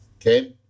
okay